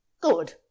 Good